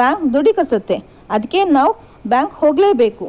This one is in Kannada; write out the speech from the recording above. ಬ್ಯಾಂಕ್ ದೃಢಿಕರ್ಸುತ್ತೆ ಅದಕ್ಕೇ ನಾವು ಬ್ಯಾಂಕ್ ಹೋಗಲೇಬೇಕು